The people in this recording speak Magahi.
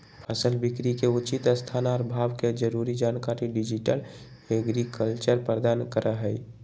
फसल बिकरी के उचित स्थान आ भाव के जरूरी जानकारी डिजिटल एग्रीकल्चर प्रदान करहइ